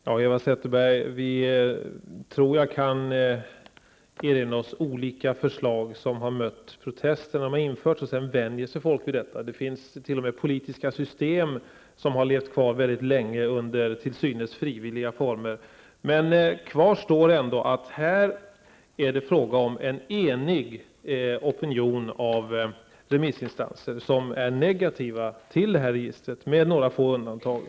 Fru talman! Jag tror att vi kan erinra oss olika förslag som har mött protester när de har införts, men sedan vänjer sig folk vid dem. Det finns t.o.m. politiska system som har levt kvar mycket länge under till synes frivilliga former. Kvar står ändå att det här är fråga om en enig opinion av remissinstanser som är negativa till detta register, med några få undantag.